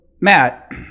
matt